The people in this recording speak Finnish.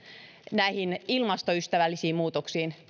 näihin ilmastoystävällisiin muutoksiin